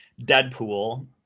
Deadpool